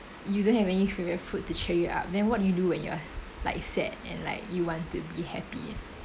you don't have any favourite food to cheer you up then what do you do when you are like sad and like you want to be happy